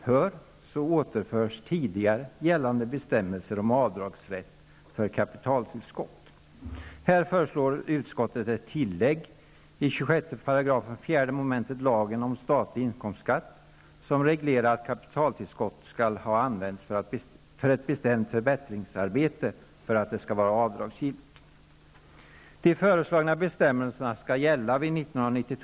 Här föreslår utskottet ett tillägg i 26 § 4 mom. lagen om statlig inkomstskatt, som reglerar att kapitaltillskottet skall ha använts för ett bestämt förbättringsarbete för att det skall vara avdragsgillt.